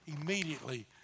Immediately